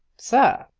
sir!